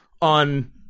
on